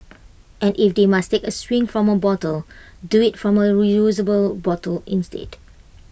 and if they must take A swig from A bottle do IT from A reusable bottle instead